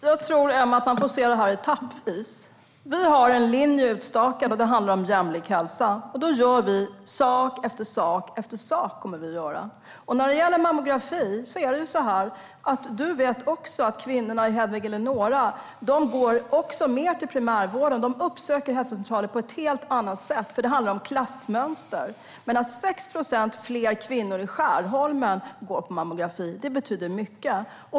Herr talman! Jag tror, Emma, att man får se det här etappvis. Vi har en linje utstakad. Det handlar om jämlik hälsa. Vi kommer att göra sak efter sak. Som du vet går kvinnorna i Hedvig Eleonora även till primärvården i större utsträckning. De uppsöker hälsocentraler på ett helt annat sätt, och det handlar om klassmönster. Att 6 procent fler kvinnor i Skärholmen går på mammografi betyder mycket.